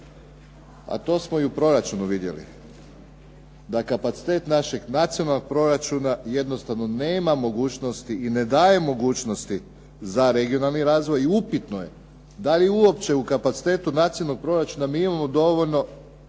a to smo i u proračunu vidjeli, da kapacitet našeg nacionalnog proračuna jednostavno nema mogućnosti i ne daje mogućnosti za regionalni razvoj i upitno je da li je uopće u kapacitetu nacionalnog proračuna mi imamo dovoljno